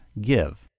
give